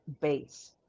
base